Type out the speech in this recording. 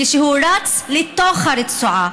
כשהוא רץ לתוך הרצועה?